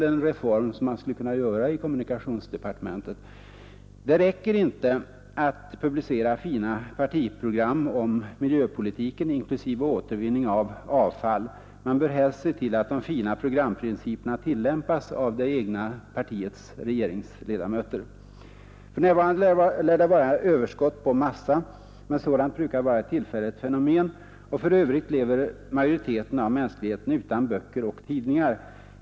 Den reformen skulle kommunikationsdepartementet kunna genomföra. Det räcker inte att publicera fina partiprogram om miljöpolitiken, inklusive återvinning av avfall. Man bör helst se till att de fina programprinciperna tillämpas av det egna partiets regeringsledamöter. För närvarande lär det vara överskott på massa i Sverige, men sådant brukar vara ett tillfälligt fenomen, och för övrigt lever majoriteten av mänskligheten utan böcker och tidningar.